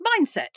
mindset